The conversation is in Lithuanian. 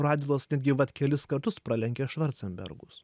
radvilos netgi vat kelis kartus pralenkia švarcenbergus